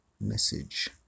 message